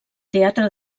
teatre